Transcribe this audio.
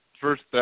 First